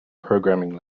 programming